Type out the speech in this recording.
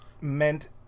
meant